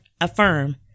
affirm